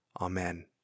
Amen